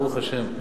ברוך השם,